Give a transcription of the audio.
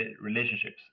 relationships